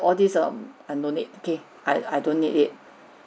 all this um no need okay I I don't need it